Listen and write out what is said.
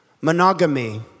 monogamy